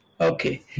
Okay